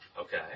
Okay